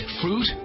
fruit